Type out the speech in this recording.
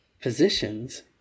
positions